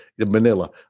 manila